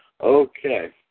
Okay